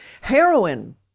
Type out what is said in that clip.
Heroin